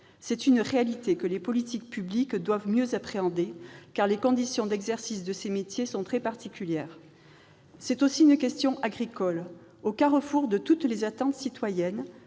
C'est une réalité que les politiques publiques doivent mieux appréhender, car les conditions d'exercice de ces métiers sont très particulières. C'est aussi une question agricole. Aux carrefours de toutes les attentes citoyennes,